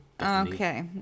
Okay